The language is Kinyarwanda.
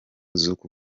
z’uku